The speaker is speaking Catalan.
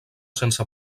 sense